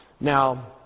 Now